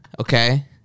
okay